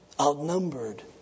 outnumbered